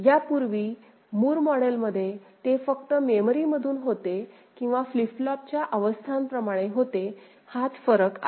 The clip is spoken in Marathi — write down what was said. यापूर्वी मूर मॉडेलमध्ये ते फक्त मेमरी मधून होते किंवा फ्लिप फ्लॉपच्या अवस्थांप्रमाणे होते हाच फरक आहे